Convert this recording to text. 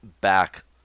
back